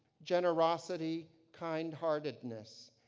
generosity, kindheartedness,